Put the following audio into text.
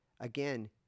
Again